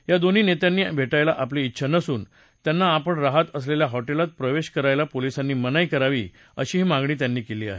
या दोन्ही नेत्यात्ता भेटायची आपली डिछा नसून त्यात्ती आपण राहात असलेल्या हॉटेलात प्रवेश करायला पोलिसात्ती मनाई करावी अशी मागणी त्यात्ती केली आहे